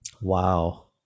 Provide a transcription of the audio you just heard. Wow